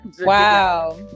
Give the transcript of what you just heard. Wow